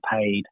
paid